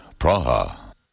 Praha